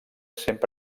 sempre